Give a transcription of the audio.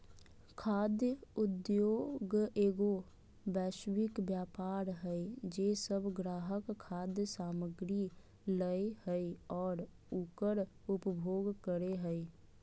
खाद्य उद्योगएगो वैश्विक व्यापार हइ जे सब ग्राहक खाद्य सामग्री लय हइ और उकर उपभोग करे हइ